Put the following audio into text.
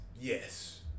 Yes